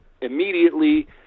immediately